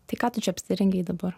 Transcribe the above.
tai ką tu čia apsirengei dabar